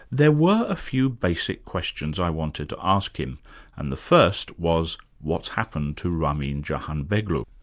there were a few basic questions i wanted to ask him and the first was what's happened to ramin jahanbegloo?